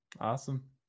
awesome